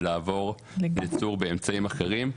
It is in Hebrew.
ולעבור לייצור באמצעים אחרים.